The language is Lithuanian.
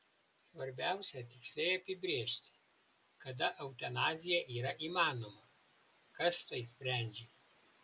svarbiausia tiksliai apibrėžti kada eutanazija yra įmanoma kas tai sprendžia